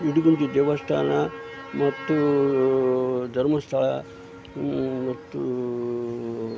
ಇಡಗುಂಜಿ ದೇವಸ್ಥಾನ ಮತ್ತು ಧರ್ಮಸ್ಥಳ ಮತ್ತು